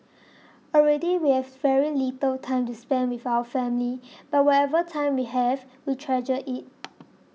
already we have very little time to spend with our family but whatever time we have we treasure it